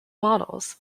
models